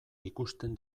ikusten